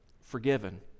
forgiven